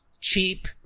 cheap